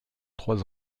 trois